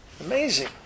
Amazing